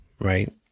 right